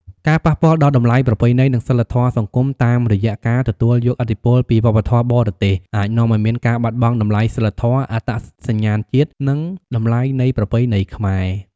ការប៉ះពាល់ដល់តម្លៃប្រពៃណី និងសីលធម៌សង្គម តាមរយះការទទួលយកឥទ្ធិពលពី វប្បធម៌បរទេសអាចនាំឲ្យមានការបាត់បង់តម្លៃសីលធម៌ អត្តសញ្ញាណជាតិ និងតម្លៃនៃប្រពៃណីខ្មែរ។